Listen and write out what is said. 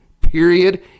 period